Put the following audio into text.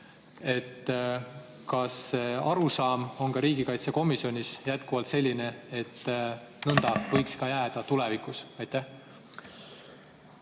Kas arusaam on riigikaitsekomisjonis jätkuvalt selline, et nõnda võiks jääda ka tulevikus? Aitäh!